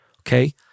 okay